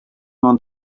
ond